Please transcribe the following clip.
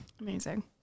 Amazing